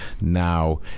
now